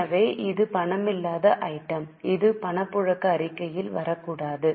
எனவே இது பணமில்லாத ஐட்டம் இது பணப்புழக்க அறிக்கையில் வரக்கூடாது